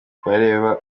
kubareba